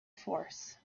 force